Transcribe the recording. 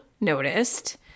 noticed